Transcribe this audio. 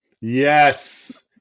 Yes